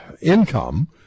income